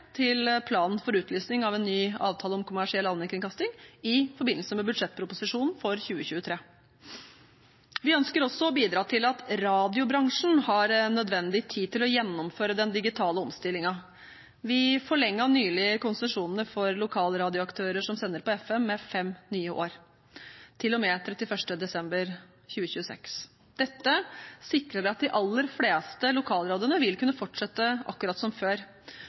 til planen for utlysning av en ny avtale om kommersiell allmennkringkasting i forbindelse med budsjettproposisjonen for 2023. Vi ønsker også å bidra til at radiobransjen har nødvendig tid til å gjennomføre den digitale omstillingen. Vi forlenget nylig konsesjonene for lokalradioaktører som sender på FM, med fem nye år, til og med 31. desember 2026. Dette sikrer at de aller fleste lokalradioene vil kunne fortsette akkurat som før.